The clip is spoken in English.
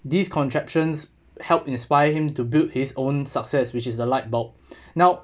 these contractions helped inspire him to build his own success which is the light bulb now